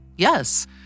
Yes